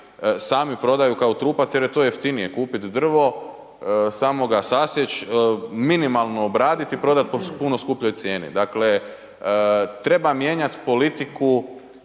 sami prodaju kao trupac jer je to jeftinije kupiti drvo samo ga sasjeć, minimalno ga obradit i prodati po puno skupljoj cijeni. Dakle, treba mijenjati politiku